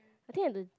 I think have to